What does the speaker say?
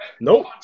Nope